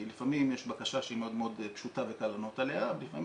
כי לפעמים יש בקשה שהיא מאוד מאוד פשוטה וקל לענות עליה ולפעמים